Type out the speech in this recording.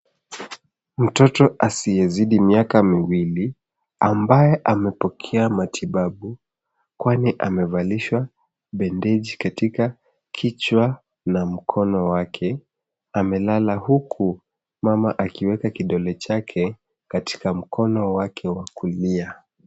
Mtoto asiyezidi miaka miwili ambaye amepokea matibabu kwani amevalishwa bendeji katika kichwa na mkono wake amelala huku mama akiweka kidole chake katika mkono wake wa kulia.